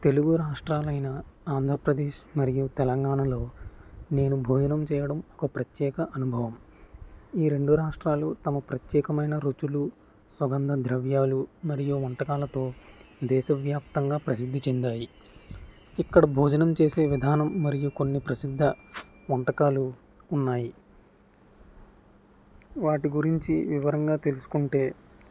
తెలుగు రాష్ట్రాలైన ఆంధ్రప్రదేశ్ మరియు తెలంగాణలో నేను భోజనం చేయడం ఒక ప్రత్యేక అనుభవం ఈ రెండు రాష్ట్రాలు తమ ప్రత్యేకమైన రుచులు సుగంధ ద్రవ్యాలు మరియు వంటకాలతో దేశవ్యాప్తంగా ప్రసిద్ధి చెందాయి ఇక్కడ భోజనం చేసే విధానం మరియు కొన్ని ప్రసిద్ధ వంటకాలు ఉన్నాయి వాటి గురించి వివరంగా తెలుసుకుంటే